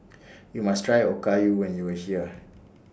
YOU must Try Okayu when YOU Are here